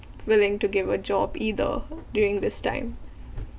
willing to give a job either during this time